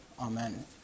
Amen